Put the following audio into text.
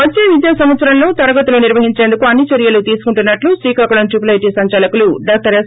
వచ్చే విద్యా సంవత్సరంలో తరగతులు నిర్వహించేందుకు అన్ని చర్యలు తీసుకుంటున్నట్లు శ్రీకాకుళం ట్రిపుల్ ఐటీ సందాలకులు డాక్షర్ ఎస్